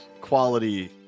quality